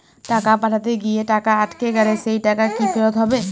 টাকা পাঠাতে গিয়ে টাকা আটকে গেলে সেই টাকা কি ফেরত হবে?